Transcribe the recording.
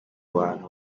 bantu